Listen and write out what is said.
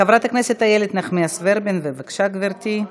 חברת הכנת איילת נחמיאס ורבין, בבקשה, גברתי.